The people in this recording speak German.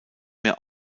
mehr